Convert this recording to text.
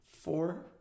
four